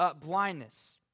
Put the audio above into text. blindness